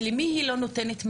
למי היא לא נותנת מענה?